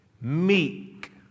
meek